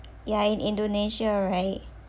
ya in indonesia right